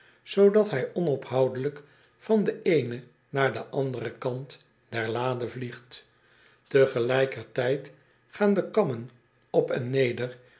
zoodat hij onophoudelijk van den eenen naar den anderen kant der lade vliegt e gelijkertijd gaan de k a m m e n op en neder